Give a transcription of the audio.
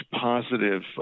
positive